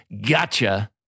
gotcha